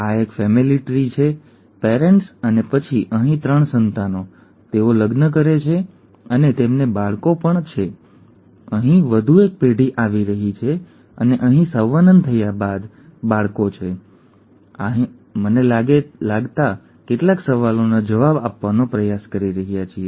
આ એક family tree છે પેરેન્ટ્સ અને પછી અહીં 3 સંતાન તેઓ લગ્ન કરે છે અને તેમને બાળકો પણ છે અને અહીં વધુ એક પેઢી આવી રહી છે અને અહીં સંવનન થયા બાદ અહીં બાળકો છે અને અમે આને લગતા કેટલાક સવાલોના જવાબ આપવાનો પ્રયાસ કરી રહ્યા છીએ